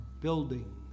building